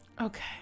Okay